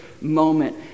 moment